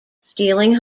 stealing